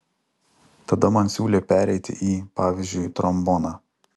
tada man siūlė pereiti į pavyzdžiui tromboną